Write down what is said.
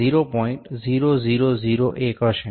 0001 હશે